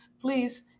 Please